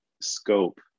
scope